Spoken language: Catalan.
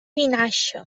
vinaixa